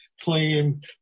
Playing